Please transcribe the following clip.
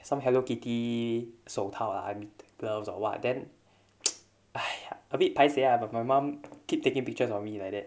some hello kitty 手套 lah gloves or what then !haiya! bit paiseh lah but my mum keep taking pictures of me like that